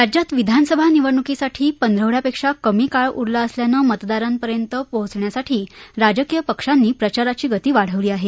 राज्यात विधानसभा निवडणुकीसाठी पंधरावड्यापेक्षा कमी काळ उरला असल्यानं मतदारापर्यंत पोहण्यासाठी राजकीय पक्षांनी प्रचाराची गती वाढवली आहे